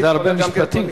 זה הרבה משפטים כבר.